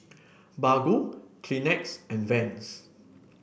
Baggu Kleenex and Vans